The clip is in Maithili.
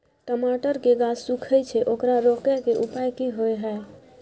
टमाटर के गाछ सूखे छै ओकरा रोके के उपाय कि होय है?